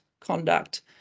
conduct